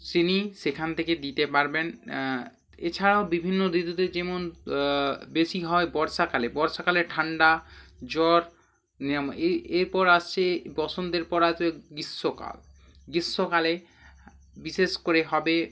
সিনি সেখান থেকে দিতে পারবেন এছাড়াও বিভিন্ন ঋতুতে যেমন বেশি হয় বর্ষাকালে বর্ষাকালে ঠান্ডা জ্বর নিরাময় এই এরপর আসছে বসন্তের পর আসবে গ্রীষ্মকাল গ্রীষ্মকালে বিশেষ করে হবে